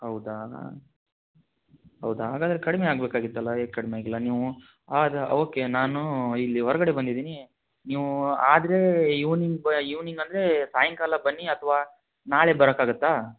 ಹೌದಾ ಹಾಂ ಹೌದಾ ಹಾಗಾದರೆ ಕಡಿಮೆ ಆಗಬೇಕಾಗಿತ್ತಲ್ಲ ಏಕೆ ಕಡಿಮೆ ಆಗಿಲ್ಲ ನೀವು ಅದು ಓಕೆ ನಾನು ಇಲ್ಲಿ ಹೊರಗಡೆ ಬಂದಿದ್ದೀನಿ ನೀವು ಆದರೆ ಈವ್ನಿಂಗ್ ಬ ಈವ್ನಿಂಗ್ ಅಂದರೆ ಸಾಯಂಕಾಲ ಬನ್ನಿ ಅಥ್ವಾ ನಾಳೆ ಬರೋಕಾಗುತ್ತಾ